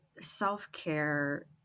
self-care